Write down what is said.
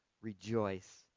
rejoice